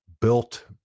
built